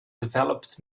developed